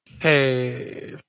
Hey